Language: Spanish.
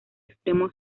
extremo